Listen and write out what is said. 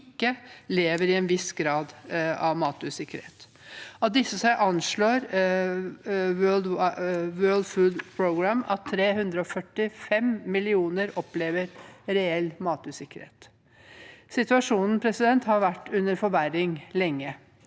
ikke lever i en viss grad av matusikkerhet. Av disse anslår WFP at 345 millioner opplever reell matusikkerhet. Situasjonen har vært under forverring lenge.